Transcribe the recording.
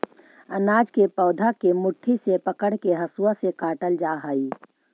अनाज के पौधा के मुट्ठी से पकड़के हसुआ से काटल जा हई